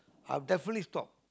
I'll definitely stop